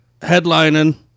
headlining